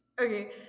okay